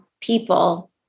people